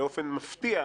באופן מפתיע,